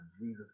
Jesus